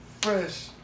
fresh